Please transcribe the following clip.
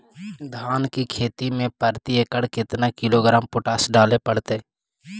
धान की खेती में प्रति एकड़ केतना किलोग्राम पोटास डाले पड़तई?